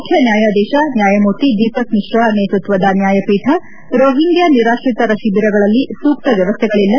ಮುಖ್ಯ ನ್ನಾಯಾಧೀತ ನ್ನಾಯಮೂರ್ತಿ ದೀಪಕ್ ಮಿಶ್ರಾ ನೇತೃತ್ವದ ನ್ನಾಯಪೀಠ ರೋಹಿಂಗ್ಲಾ ನಿರಾತ್ರಿತರ ಶಿಬಿರಗಳಲ್ಲಿ ಸೂಕ್ತ ವ್ಯವಸ್ಥೆಗಳಲ್ಲ